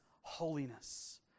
holiness